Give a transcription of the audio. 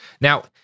Now